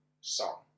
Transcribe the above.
song